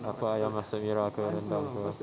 nak pa~ ayam masak merah ke apa ke